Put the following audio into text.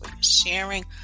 sharing